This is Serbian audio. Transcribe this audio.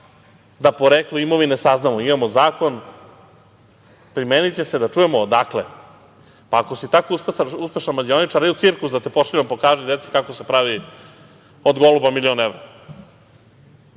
da poreklo imovine saznamo. Imamo zakon, primeniće se, da čujemo odakle? Pa ako si tako uspešan mađioničar, ajde u cirkus da te pošaljemo, pokaži deci kako se pravi od goluba milion evra. Dosta